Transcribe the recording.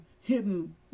hidden